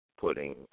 putting